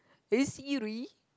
hey Siri